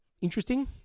interesting